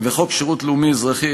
וחוק שירות לאומי אזרחי,